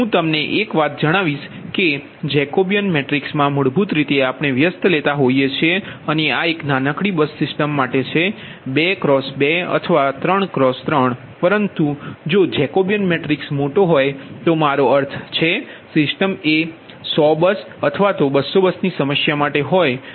હું તમને એક વાત જણાવીશ કે જેકોબીયન મેટ્રિક્સમાં મૂળભૂત રીતે આપણે વ્યસ્ત લેતા હોઈએ છીએ અને આ એક નાનકડી બસ સિસ્ટમ માટે છે 2 2 અથવા 3 3 પરંતુ જો જેકોબીયન મેટ્રિક્સ મોટો હોય તો મારો અર્થ કે સિસ્ટમ એ 100 બસ અથવા તો 200 બસની સમસ્યા હોય તો